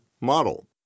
model